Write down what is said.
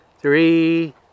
three